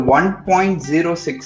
1.06